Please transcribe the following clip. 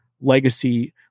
legacy